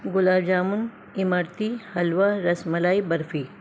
گلاب jamun imarti halwa ras malai barfi